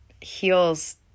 heals